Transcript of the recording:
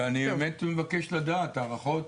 ואני באמת מבקש לדעת הערכות.